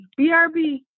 Brb